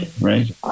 right